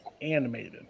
animated